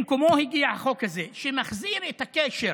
במקומו הגיע החוק הזה, שמחזיר את הקשר